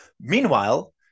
Meanwhile